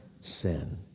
sin